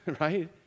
right